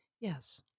Yes